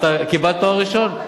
את קיבלת תואר ראשון?